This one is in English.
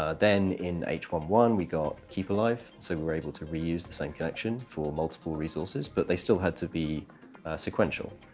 ah then in h one one one we got keep alive, so we're able to reuse the same connection for multiple resources. but they still had to be sequential.